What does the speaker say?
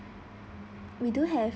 we do have